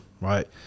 right